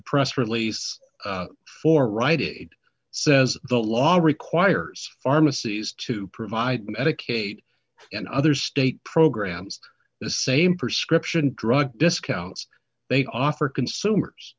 press release for right it says the law requires pharmacies to provide medicaid and other state programs the same prescription drug discounts they offer consumers